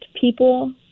people